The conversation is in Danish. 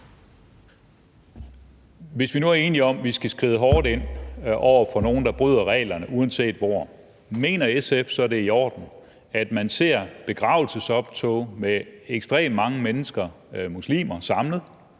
Hvis vi nu er enige om, at vi skal skride hårdt ind over for nogle, der bryder reglerne, uanset hvor det sker, mener SF så, det er i orden, at man ser begravelsesoptog med ekstremt mange mennesker, muslimer, samlet,